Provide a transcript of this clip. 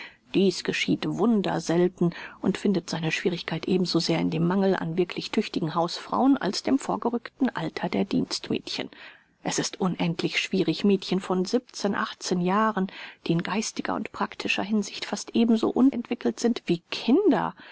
dies geschieht wunderselten und findet seine schwierigkeit ebenso sehr in dem mangel an wirklich tüchtigen hausfrauen als dem vorgerückten alter der dienstmädchen es ist unendlich schwierig mädchen von jahren die in geistiger und praktischer hinsicht fast ebenso unentwickelt sind wie kinder